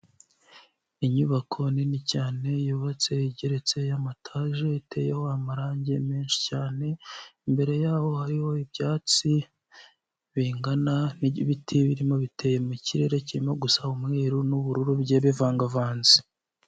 Inyubako nini cyane yubatse igeretse y'amataje iteyeho amarangi menshi cyane, imbere yaho hariho ibyatsi bingana, ibiti birimo biteye mu kirere kirimo gusa umweru n'ubururu bigiye bivangavanze.